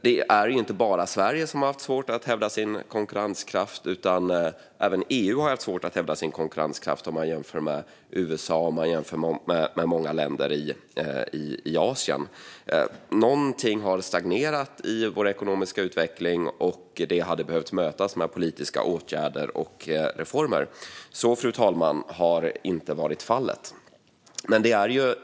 Det är inte bara Sverige som har haft svårt att hävda sin konkurrenskraft, utan även EU har haft svårt att hävda sin konkurrenskraft jämfört med USA och många länder i Asien. Någonting har stagnerat i vår ekonomiska utveckling. Detta hade behövt mötas med politiska åtgärder och reformer, fru talman, men så har inte varit fallet.